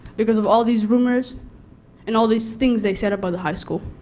because of all these rumors and all these things they said about the high school.